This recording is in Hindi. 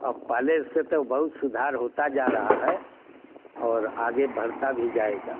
अब पहले से तो बहुत सुधार होता जा रहा है और आगे बढ़ता भी जाएगा